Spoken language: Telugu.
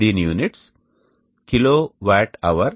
దీని యూనిట్స్ kWhm2day